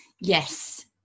yes